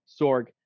sorg